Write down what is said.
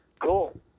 Cool